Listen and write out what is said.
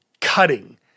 cutting